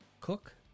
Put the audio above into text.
cook